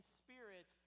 spirit